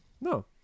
no